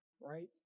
right